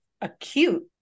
acute